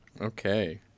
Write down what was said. okay